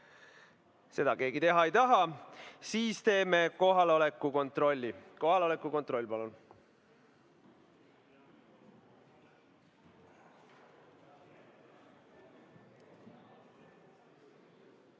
Seda keegi teha ei taha. Siis teeme kohaloleku kontrolli. Kohaloleku kontroll, palun!